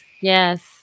yes